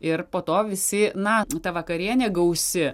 ir po to visi na ta vakarienė gausi